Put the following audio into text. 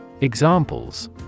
Examples